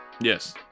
Yes